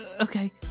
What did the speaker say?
Okay